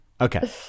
Okay